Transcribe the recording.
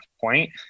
point